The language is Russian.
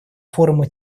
форума